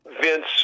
Vince